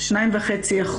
2.5%,